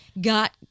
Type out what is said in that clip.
got